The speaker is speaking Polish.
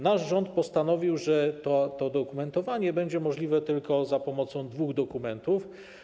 Nasz rząd postanowił, że dokumentowanie będzie możliwe tylko za pomocą dwóch dokumentów.